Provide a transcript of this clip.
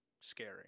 scary